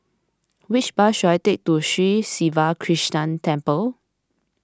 which bus should I take to Sri Siva Krishna Temple